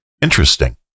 Interesting